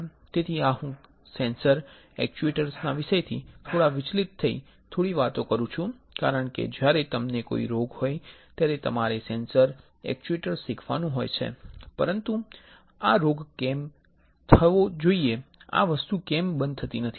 તેથી આ હું સેન્સર એક્ટ્યુએટર્સ ના વિષયથી થોડા વિચલિત થઇ થોડી વાતો કરું છું કારણ કે જ્યારે તમને કોઈ રોગ હોય ત્યારે તમારે સેન્સર એક્ટ્યુએટર્સ શીખવાનું હોય છે પરંતુ આ રોગ કેમ થવો જોઈએ આ વસ્તુ કેમ બંધ થતી નથી